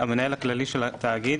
המנהל הכללי של התאגיד,